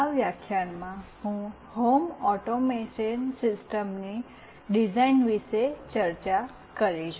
આ વ્યાખ્યાનમાં હું હોમ ઓટોમેશન સિસ્ટમની ડિઝાઇન વિશે ચર્ચા કરીશ